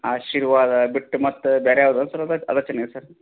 ಆಶೀರ್ವಾದ ಬಿಟ್ಟು ಮತ್ತು ಬೇರೆ ಯಾವ್ದು ಸರ್ ಅದು ಅದು ಚೆನ್ನಾಗಿದೆ ಸರ್